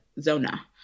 zona